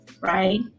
right